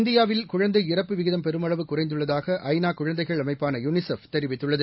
இந்தியாவில் குழந்தை இறப்பு விகிதம் பெருமளவு குறைந்துள்ளதாக ஐநா குழந்தைகள் அமைப்பான யுனிசெஃப் தெரிவித்துள்ளது